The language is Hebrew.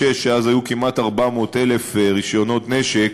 1996, שאז היו כמעט 400,000 רישיונות נשק,